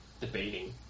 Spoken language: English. debating